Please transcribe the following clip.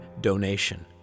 donation